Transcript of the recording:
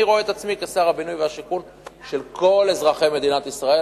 אני רואה את עצמי כשר הבינוי והשיכון של כל אזרחי מדינת ישראל,